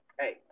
hey